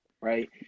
right